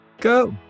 go